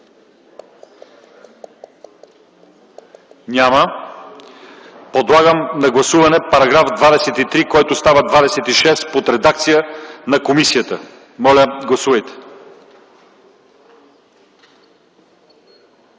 Няма. Подлагам на гласуване § 23, който става § 26 под редакция на комисията. Моля, гласувайте.